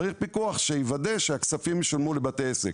צריך פיקוח, שיוודא שהכספים ישולמו לבתי העסק.